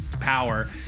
power